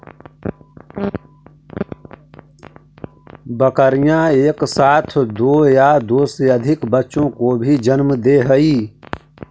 बकरियाँ एक साथ दो या दो से अधिक बच्चों को भी जन्म दे हई